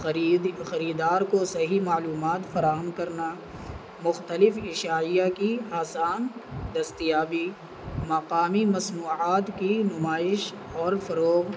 خرید خریدار کو صحیح معلومات فراہم کرنا مختلف اشعیہ کی آسان دستیابی مقامی مصنوعات کی نمائش اور فروغ